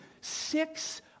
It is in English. six